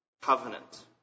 covenant